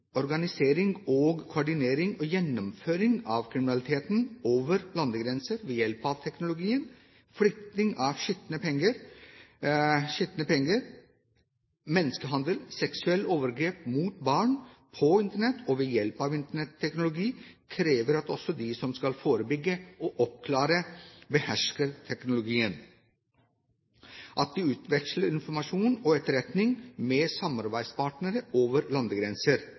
organisering og koordinering og gjennomføring av kriminalitet over landegrenser ved hjelp av teknologi, flytting av skitne penger, menneskehandel, seksuelle overgrep mot barn på Internett og ved hjelp av Internett-teknologi, krever at også de som skal forebygge og oppklare, behersker teknologien og utveksler informasjon og etterretning med samarbeidspartnere over landegrenser.